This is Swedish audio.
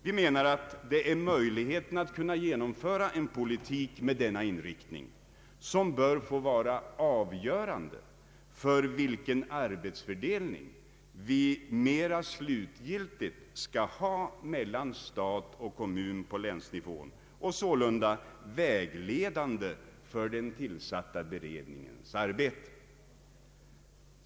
Vi menar att möjligheterna att kunna genomföra en politik med denna inriktning bör få vara avgörande för vilken arbetsfördelning vi mera slutgiltigt skall ha mellan stat och kommun på länsnivå och sålunda vägledande för den tillsatta beredningens arbete.